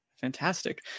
Fantastic